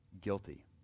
guilty